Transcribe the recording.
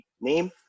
name